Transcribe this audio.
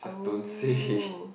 don't say